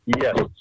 Yes